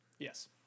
yes